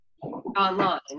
online